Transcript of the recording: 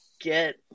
get